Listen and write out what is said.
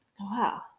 Wow